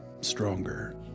stronger